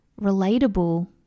relatable